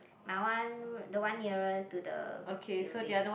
my one the one nearer to the building